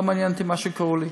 לא מעניין אותי איך שיקראו לי,